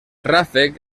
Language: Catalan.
ràfec